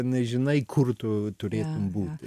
nežinai kur tu turėtum būti